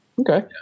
Okay